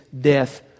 death